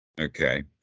Okay